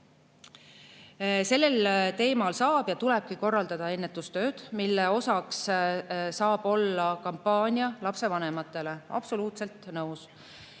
Sellel teemal saab ja tulebki korraldada ennetustööd, mille osaks võib olla kampaania lapsevanematele. Absoluutselt nõus.